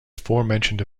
aforementioned